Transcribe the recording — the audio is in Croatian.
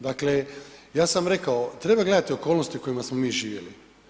Dakle, ja sam rekao, treba gledati okolnosti u kojima smo mi živjeli.